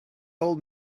old